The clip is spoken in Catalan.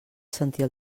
sentir